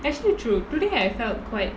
actually true today I felt quite